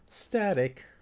Static